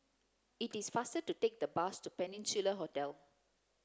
it is faster to take the bus to Peninsula Hotel